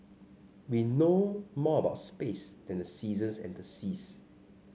we know more about space than the seasons and the seas